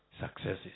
successes